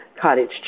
cottage